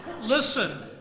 listen